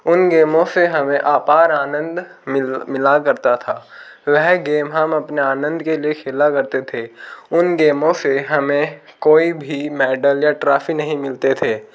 उन गेमों से हमें अपार आनंद मिल मिला करता था वह गेम हम अपने आनंद के लिए खेला करते थे उन गेमों से हमें कोई भी मैडल या ट्रॉफी नहीं मिलते थे